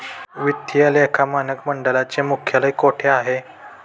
वित्तीय लेखा मानक मंडळाचे मुख्यालय कोठे आहे?